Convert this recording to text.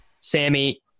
Sammy